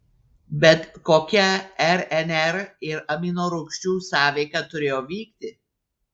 bet kokia rnr ir aminorūgščių sąveika turėjo vykti